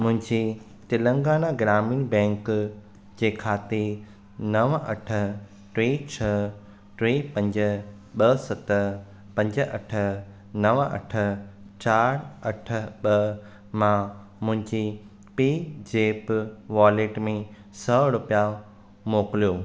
मुंहिंजे तेलंगाना ग्रामीण बेंक जे खाते नव अठ टे छह टे पंज ॿ सत पंज अठ नव अठ चार अठ ॿ मां मुंहिंजी पे जेप वॉलेटु में सौ रूपिया मोकिलियो